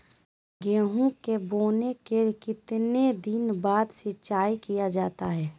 गेंहू के बोने के कितने दिन बाद सिंचाई किया जाता है?